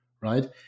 right